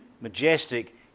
majestic